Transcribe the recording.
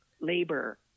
labor